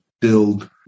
build